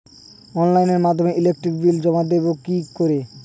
অনলাইনের মাধ্যমে electric bill জমা দেবো কি করে?